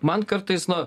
man kartais na